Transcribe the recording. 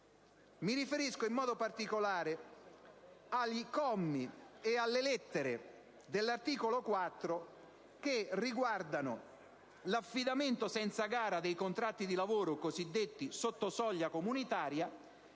Mi riferisco, in particolare, ai commi e alle lettere dell'articolo 4 che riguardano l'affidamento senza gara dei contratti di lavoro cosiddetti sotto soglia comunitaria